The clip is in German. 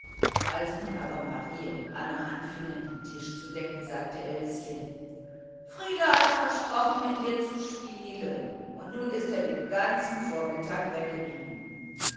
als nun aber marie und anne anfingen den tisch zu decken sagte elschen frieder hat versprochen mit mir zu spielen und nun ist er den ganzen vormittag weggeblieben